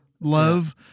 love